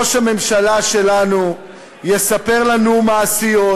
ראש הממשלה שלנו יספר לנו מעשיות,